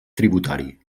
tributari